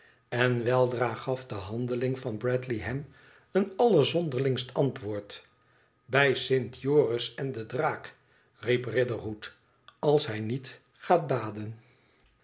en weldra gaf de handeling van bradley hem een allerzonderlingst antwoord bij st joris en den draak riep riderhood als hij niet gaat baden